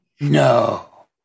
No